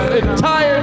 entire